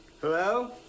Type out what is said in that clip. Hello